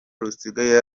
rusigaye